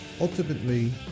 Ultimately